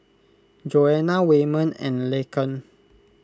Joana Waymon and Laken